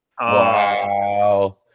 Wow